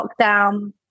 lockdown